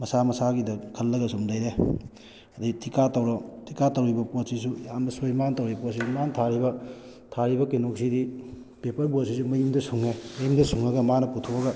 ꯃꯁꯥ ꯃꯁꯥꯒꯤꯗ ꯈꯜꯂꯒ ꯁꯨꯝ ꯂꯩꯔꯦ ꯑꯗꯩ ꯊꯤꯀꯥ ꯇꯧꯔꯣ ꯊꯤꯀꯥ ꯇꯧꯔꯤꯕ ꯄꯣꯠꯁꯤꯁꯨ ꯌꯥꯝꯅ ꯁꯣꯏ ꯃꯥꯅ ꯇꯧꯔꯤ ꯄꯣꯠꯁꯤꯁꯨ ꯃꯥꯅ ꯊꯥꯔꯤꯕ ꯊꯥꯔꯤꯕ ꯀꯩꯅꯣꯁꯤꯗꯤ ꯄꯦꯄꯔ ꯕꯣꯠꯁꯤꯁꯨ ꯃꯌꯨꯝꯗ ꯁꯨꯡꯉꯦ ꯃꯌꯨꯝꯗ ꯁꯨꯡꯉꯒ ꯃꯥꯅ ꯄꯨꯊꯣꯛꯑꯒ